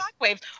shockwaves